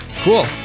Cool